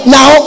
Now